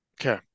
Okay